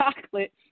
chocolate